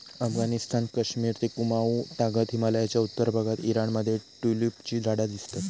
अफगणिस्तान, कश्मिर ते कुँमाउ तागत हिमलयाच्या उत्तर भागात ईराण मध्ये ट्युलिपची झाडा दिसतत